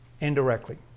indirectly